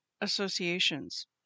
associations